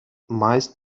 meist